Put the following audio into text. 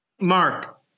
Mark